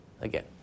again